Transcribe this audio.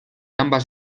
ambas